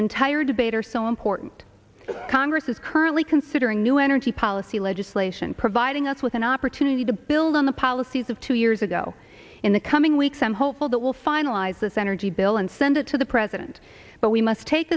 entire debate are so important that congress is currently considering new energy policy legislation providing us with an opportunity to build on the policies of two years ago in the coming weeks i'm hopeful that will finalize this energy bill and send it to the president but we must take